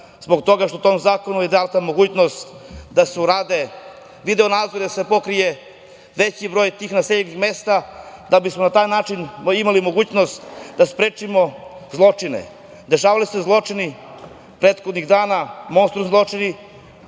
zbog toga što je tom zakonu data mogućnost da se urade video-nadzori, da se pokrije veći broj tih naseljenih mesta da bismo na taj način imali mogućnost da sprečimo zločine.Dešavali su se zločini prethodnih dana, monstruozni zločini